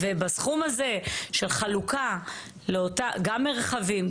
ובסכום הזה של חלוקה גם מרחבים,